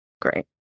great